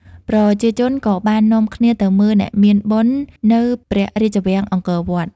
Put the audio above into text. ប្រជាជន ក៏បាននាំគ្នាទៅមើលអ្នកមានបុណ្យនៅព្រះរាជវាំងអង្គរវត្ត ។